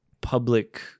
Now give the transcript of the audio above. public